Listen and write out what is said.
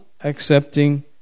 accepting